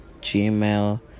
gmail